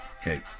Hey